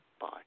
Bye